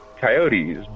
coyotes